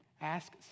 Ask